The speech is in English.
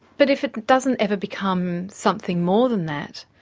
but if it doesn't ever become something more than that,